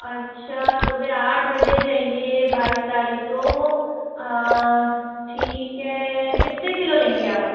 अच्छा सुबह आठ बजे चाहिए बाईस तारीख को ठीक है कितने किलो लेंगे आप